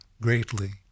greatly